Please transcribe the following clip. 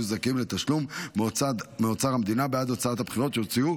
יהיו זכאים לתשלום מאוצר המדינה בעד הוצאות בחירות שהוציאו,